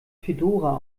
fedora